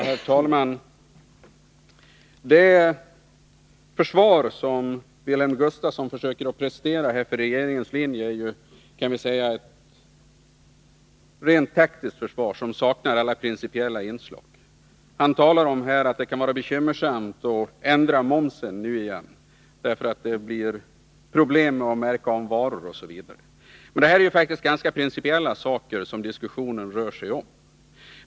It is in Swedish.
Herr talman! Det försvar som Wilhelm Gustafsson försöker prestera för regeringens linje är ett rent taktiskt försvar, som saknar alla principiella inslag. Han talar om att det kan vara bekymmersamt att ändra momsen nu igen, därför att det blir problem med att märka om varor osv. Men den här diskussionen handlar om principiella saker.